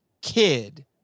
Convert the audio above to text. kid